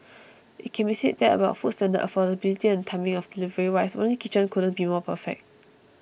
it can be said that about food standard affordability and timing of delivery wise Ronnie Kitchen couldn't be more perfect